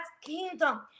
kingdom